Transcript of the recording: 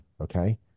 okay